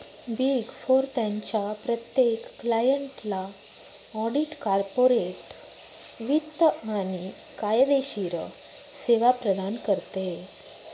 big four त्यांच्या प्रत्येक क्लायंटला ऑडिट, कॉर्पोरेट वित्त आणि कायदेशीर सेवा प्रदान करते